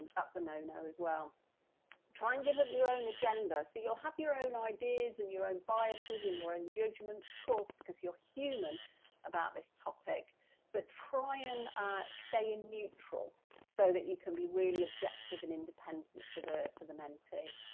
that's a no-no. as well try and give up your own agenda, so you'll have your own ideas, and your own biases, and your own judgments, of course, because you're human about this topic but try and stay in neutral so that you can be really objective and independent for the mentee. mentee.